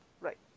Right